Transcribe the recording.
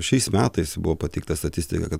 šiais metais buvo pateikta statistika kad